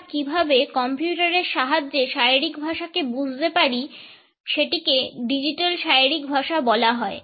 আমরা কীভাবে কম্পিউটারের সাহায্যে শারীরিক ভাষাকে বুঝতে পারি সেটিকে ডিজিটাল শারীরিক ভাষা বলা হয়